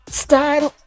style